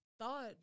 thought